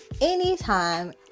anytime